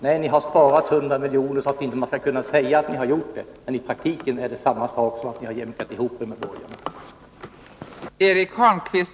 Nej, ni har sparat 100 miljoner, så att man inte skall kunna säga att ni har jämkat ihop er med borgarna, men i praktiken är det vad ni har gjort.